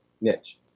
niche